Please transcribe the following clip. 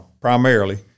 primarily